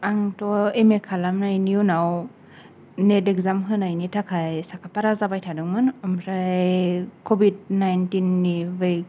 आंथ' M A खालामनायनि उनाव नेट इखजाम होनायनि थाखाय साखा फारा जाबाय थादोंमोन ओमफ्राय कभिड नाइनथिननि बै